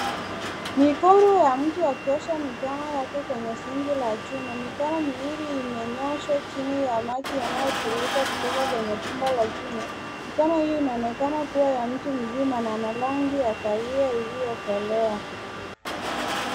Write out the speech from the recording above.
Mikono ya mtu akiosha mkono yake kwenye sinki la chuma. Mikono miwili imenyooshwa chini ya maji yanayotiririka kutoka kwenye bomba la chuma. Mikono hii inaonekana kuwa ya mtu mzima na ana rangi ya kahawia iliyokolea.